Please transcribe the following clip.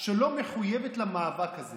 שלא מחויבת למאבק הזה?